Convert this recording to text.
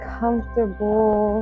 comfortable